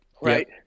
Right